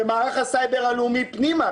מערך הסייבר הלאומי התכנס פנימה,